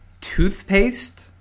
toothpaste